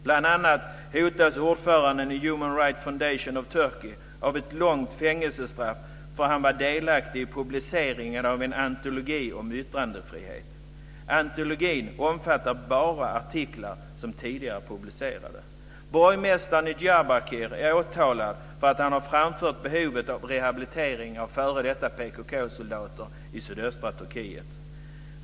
Bl.a. hotas ordföranden i Human Rights Foundation of Turkey av ett långt fängelsestraff på grund av att han varit delaktig i publiceringen av en antologi om yttrandefrihet. Antologin omfattar bara tidigare publicerade artiklar. Borgmästaren i Diyarbakir är åtalad för att han har framfört behovet av rehabilitering av f.d. PKK-soldater i sydöstra Turkiet.